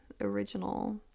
original